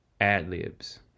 Ad-libs